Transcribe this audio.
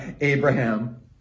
Abraham